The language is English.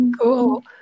Cool